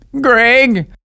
Greg